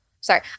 Sorry